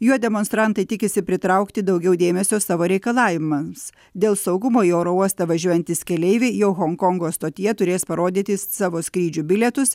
juo demonstrantai tikisi pritraukti daugiau dėmesio savo reikalavimams dėl saugumo į oro uostą važiuojantys keleiviai jo honkongo stotyje turės parodyti savo skrydžių bilietus